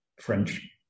French